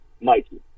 Mikey